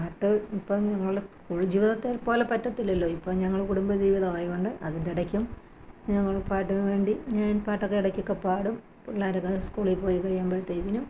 പാട്ട് ഇപ്പം ഞങ്ങൾ സ്കൂൾ ജീവിതത്തെ പോലെ പറ്റില്ലല്ലോ ഇപ്പം ഞങ്ങൾ കുടുംബ ജീവിതം ആയതുകൊണ്ട് അതിൻ്റെ ഇടയ്ക്കും ഞങ്ങൾ പാട്ടിന് വേണ്ടി ഞാൻ പാട്ടൊക്കെ ഇടയ്ക്കൊക്കെ പാടും പിള്ളേരൊക്കെ സ്കൂളിൽ പോയി കഴിയുമ്പോഴത്തേക്കിനും